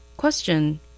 Question